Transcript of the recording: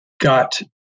got